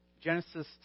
Genesis